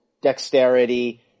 Dexterity